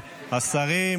השרים,